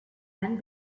and